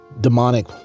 demonic